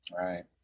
right